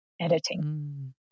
editing